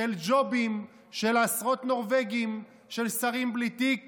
של ג'ובים, של עשרות נורבגים, של שרים בלי תיק